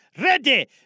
ready